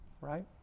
right